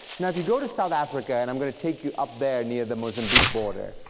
now if you go to south africa, and i'm going to take you up there near the mozambique border,